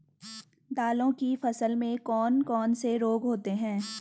दालों की फसल में कौन कौन से रोग होते हैं?